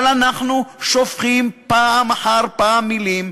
אבל אנחנו שופכים פעם אחר פעם מילים,